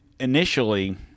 Initially